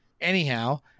Anyhow